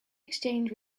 exchange